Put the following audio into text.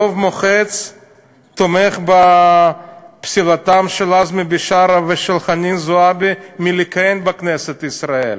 רוב מוחץ תומך בפסילתם של עזמי בשארה ושל חנין זועבי מלכהן בכנסת ישראל.